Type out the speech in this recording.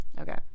okay